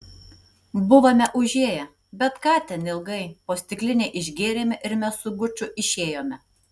buvome užėję bet ką ten ilgai po stiklinę išgėrėme ir mes su guču išėjome